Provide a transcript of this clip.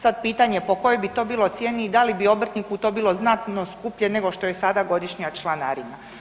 Sad pitanje po kojoj to bilo cijeni i da li bi obrtniku to bilo znatno skuplje nego što je sada godišnja članarina.